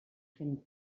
fent